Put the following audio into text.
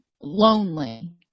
lonely